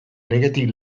legetik